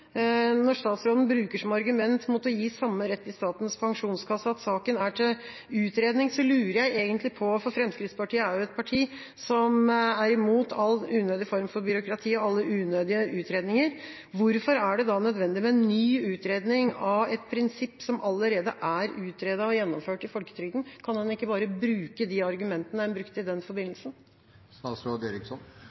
Når statsråden bruker som argument mot å gi samme rett i Statens pensjonskasse at saken er til utredning, lurer jeg egentlig på, for Fremskrittspartiet er jo et parti som er imot all unødig form for byråkrati og alle unødige utredninger, hvorfor det da er nødvendig med en ny utredning av et prinsipp som allerede er utredet og gjennomført i folketrygden. Kan en ikke bare bruke de argumentene en brukte i den